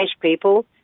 people